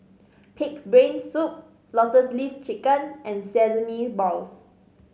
Pig's Brain Soup Lotus Leaf Chicken and sesame balls